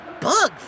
Bugs